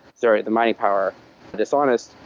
the the mining power the dishonest,